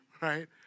right